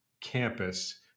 campus